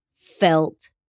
felt